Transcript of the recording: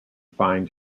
find